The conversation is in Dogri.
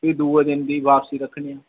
ते दूऐ दिन दी बापसी रक्खनी